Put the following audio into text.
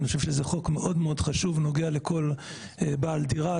אני חושב שזה חוק מאוד מאוד חשוב ונוגע לכל בעל דירה.